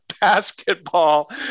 basketball